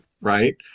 right